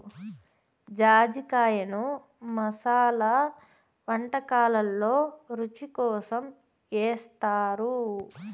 జాజికాయను మసాలా వంటకాలల్లో రుచి కోసం ఏస్తారు